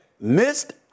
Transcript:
missed